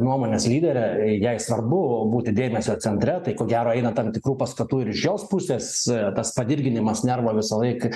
nuomonės lyderė jai svarbu būti dėmesio centre tai ko gero eina tam tikrų pastatų ir šios pusės tas padirginimas nervo visą laiką